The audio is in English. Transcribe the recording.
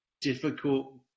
difficult